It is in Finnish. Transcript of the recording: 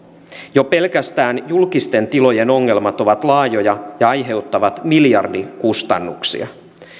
jo pelkästään julkisten tilojen ongelmat ovat laajoja ja aiheuttavat miljardikustannuksia